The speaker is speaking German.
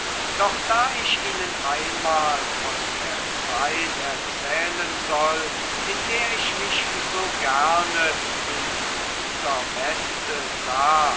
doch da ich ihnen einmal von der zeit erzählen soll in der ich mich so gerne in dieser weste sah